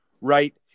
right